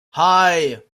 hei